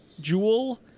Jewel